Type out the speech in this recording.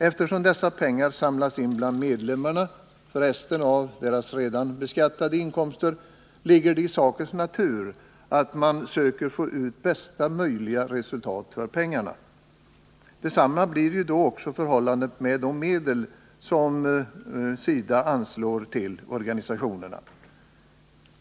Eftersom dessa pengar samlas in bland medlemmarna — f. ö. av deras redan beskattade inkomster — ligger det i sakens natur att man söker uppnå bästa möjliga resultat för pengarna. Detsamma blir ju då också förhållandet med de medel som SIDA anslår till organisationerna.